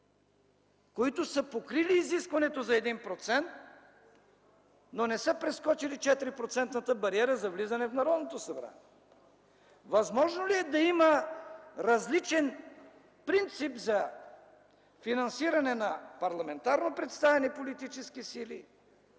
които са покрили изискването за 1%, но не са прескочили 4%-та бариера за влизане в Народното събрание? Възможно ли е да има различен принцип за финансиране на парламентарно представени политически сили